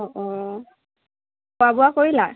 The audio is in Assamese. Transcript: অঁ অঁ খোৱা বোৱা কৰিলা